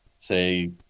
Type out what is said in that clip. say